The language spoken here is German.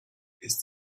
ist